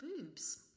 boobs